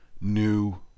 new